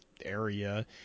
area